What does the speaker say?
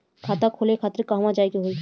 खाता खोले खातिर कहवा जाए के होइ?